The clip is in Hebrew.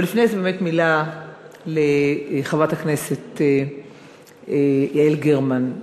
אבל לפני זה באמת מילה לחברת הכנסת יעל גרמן.